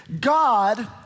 God